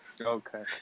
Okay